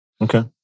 Okay